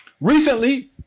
Recently